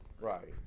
Right